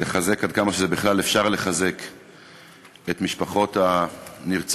לחזק עד כמה שבכלל אפשר לחזק את משפחות הנרצחים,